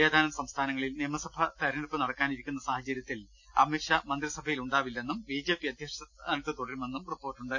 ഏതാനും സംസ്ഥാനങ്ങളിൽ നിയമസഭാ തെര ഞ്ഞെടുപ്പ് നടക്കാനിരിക്കുന്ന സാഹചര്യത്തിൽ അമിത് ഷാ മന്ത്രിസ ഭയിൽ ഉണ്ടാവില്ലെന്നും ബിജെപി അധ്യക്ഷസ്ഥാനത്ത് തുടരുമെന്നും റിപ്പോർട്ടുണ്ട്